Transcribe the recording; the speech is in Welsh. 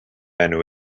enw